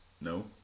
No